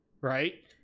right